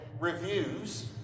reviews